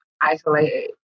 isolated